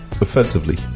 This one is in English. offensively